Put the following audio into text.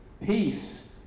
Peace